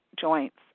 joints